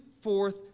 forth